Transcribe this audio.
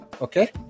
Okay